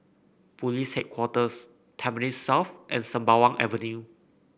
Police Headquarters Tampines South and Sembawang Avenue